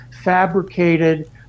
fabricated